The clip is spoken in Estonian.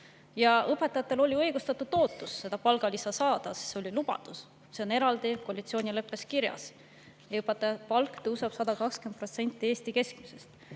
Õpetajatel oli õigustatud ootus palgalisa saada, sest oli lubadus, mis on eraldi koalitsioonileppes kirjas, et õpetajate palk tõuseb 120%‑ni Eesti keskmisest.